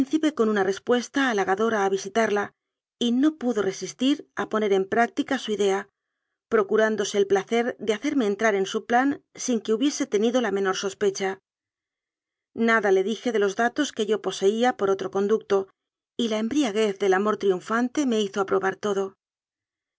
con una respuesta halagadora a visi tarla y no pudo resistir a poner en práctica su idea procurándose el placer de hacerme entrar en su plan sin que hubiese tenido la menor sospecha nada le dije de los datos que yo poseía por otro conducto y la embriaguez del amor triunfante me hizo aprobar todo